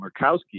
Murkowski